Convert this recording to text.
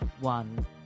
one